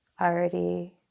already